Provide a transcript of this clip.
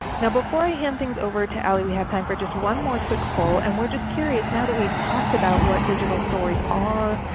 now before i hand things over to ale we we have time for just one more quick poll. and we're just curious now that we have talked about what digital stories are,